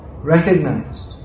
recognized